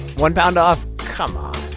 one pound off come on